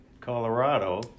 Colorado